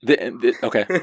Okay